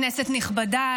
כנסת נכבדה,